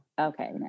okay